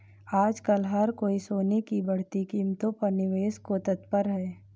आजकल हर कोई सोने की बढ़ती कीमतों पर निवेश को तत्पर है